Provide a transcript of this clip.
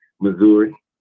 Missouri